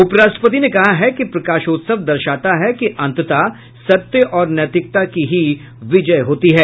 उपराष्ट्रपति ने कहा है कि प्रकाशोत्सव दर्शाता है कि अंततः सत्य और नैतिकता की ही विजय होती है